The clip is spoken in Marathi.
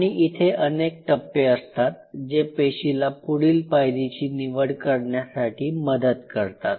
आणि इथे अनेक टप्पे असतात जे पेशीला पुढील पायरीची निवड करण्यासाठी मदत करतात